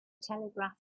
telegraph